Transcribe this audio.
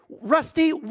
Rusty